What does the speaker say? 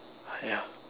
ya